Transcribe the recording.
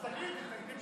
אז תמשוך.